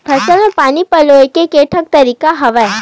फसल म पानी पलोय के केठन तरीका हवय?